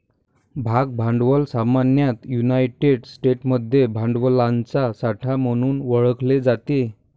भाग भांडवल सामान्यतः युनायटेड स्टेट्समध्ये भांडवलाचा साठा म्हणून ओळखले जाते